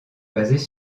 basées